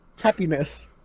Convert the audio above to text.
happiness